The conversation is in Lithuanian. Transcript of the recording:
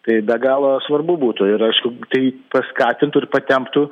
tai be galo svarbu būtų ir aišku tai paskatintų ir patemptų